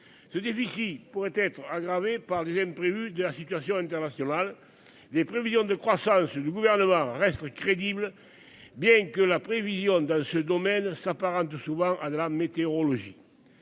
ce déficit pourrait être aggravée par dizaines prévu de la situation internationale. Des prévisions de croissance du gouvernement reste crédible. Bien que la prévision dans ce domaine s'apparente souvent à de la météorologie.